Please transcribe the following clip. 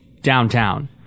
downtown